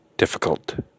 difficult